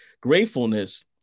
gratefulness